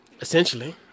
Essentially